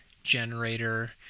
Generator